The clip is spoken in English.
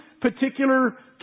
particular